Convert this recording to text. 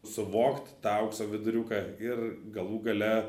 suvokt tą aukso viduriuką ir galų gale